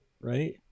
right